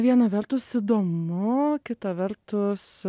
viena vertus įdomu kita vertus